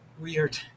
weird